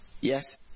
Yes